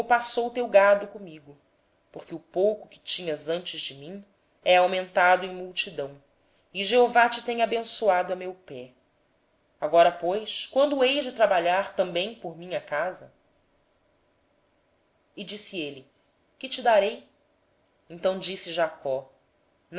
o teu gado comigo porque o pouco que tinhas antes da minha vinda tem se multiplicado abundantemente e o senhor te tem abençoado por onde quer que eu fui agora pois quando hei de trabalhar também por minha casa insistiu labão que te darei então respondeu jacó